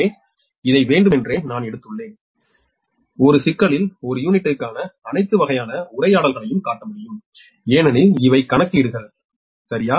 எனவே இதை வேண்டுமென்றே நான் எடுத்துள்ளேன் ஒரு சிக்கலில் ஒரு யூனிட்டிற்கான அனைத்து வகையான உரையாடல்களையும் காட்ட முடியும் ஏனெனில் இவை கணக்கீடுகள் சரி